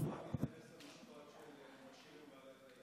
אם אפשר להתייחס למשפט שנשים הן בעלי